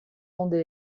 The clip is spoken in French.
ondes